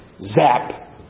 zap